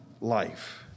life